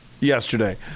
yesterday